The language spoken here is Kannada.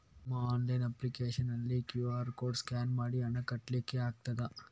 ನಿಮ್ಮ ಆನ್ಲೈನ್ ಅಪ್ಲಿಕೇಶನ್ ನಲ್ಲಿ ಕ್ಯೂ.ಆರ್ ಕೋಡ್ ಸ್ಕ್ಯಾನ್ ಮಾಡಿ ಹಣ ಕಟ್ಲಿಕೆ ಆಗ್ತದ?